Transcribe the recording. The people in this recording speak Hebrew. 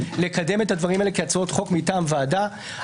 לקדם את הדברים האלה כהצעות חוק מטעם ועדה.